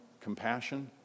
compassion